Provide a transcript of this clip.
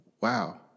wow